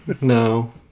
No